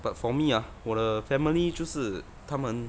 but for me ah 我的 family 就是他们